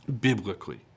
biblically